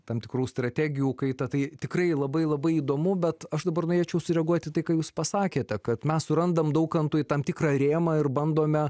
tam tikrų strategijų kaita tai tikrai labai labai įdomu bet aš dabar norėčiau sureaguot į tai ką jūs pasakėte kad mes surandam daukantui tam tikrą rėmą ir bandome